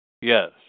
Yes